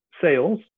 sales